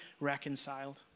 reconciled